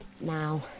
now